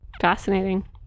Fascinating